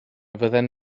fydden